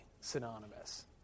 synonymous